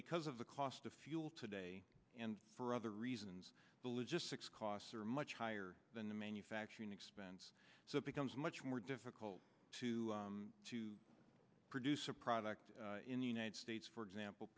because of the cost of fuel today and for other reasons the logistics costs are much higher than the manufacturing expense so it becomes much more difficult to to produce a product in the united states for example